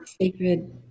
sacred